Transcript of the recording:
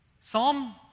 Psalm